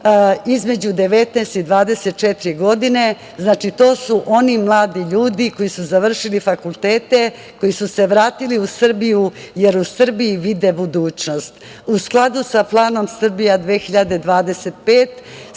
između 19 i 24 godine. To su oni mladi ljudi koji su završili fakultete, koji su se vratili u Srbiju jer u Srbiji vide budućnost.U skladu sa Planom „Srbija 2025“